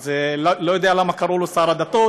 אז אני לא יודע למה קראו לו שר הדתות,